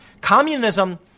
communism